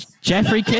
Jeffrey